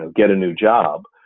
ah get a new job,